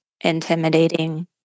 intimidating